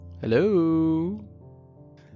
Hello